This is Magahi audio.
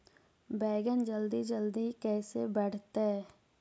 बैगन जल्दी जल्दी कैसे बढ़तै?